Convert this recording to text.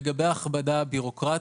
לגבי ההכבדה הבירוקרטית,